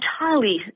entirely